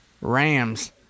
Rams